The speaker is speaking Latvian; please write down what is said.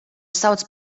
sauc